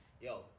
Yo